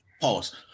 pause